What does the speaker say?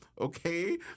okay